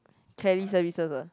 Kelly Services ah